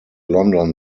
london